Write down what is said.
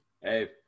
hey